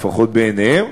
לפחות בעיניהם,